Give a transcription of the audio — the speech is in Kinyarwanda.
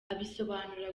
abisobanura